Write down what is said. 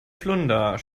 flunder